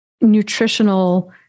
nutritional